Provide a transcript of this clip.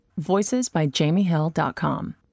VoicesByJamieHill.com